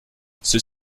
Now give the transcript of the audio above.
ceux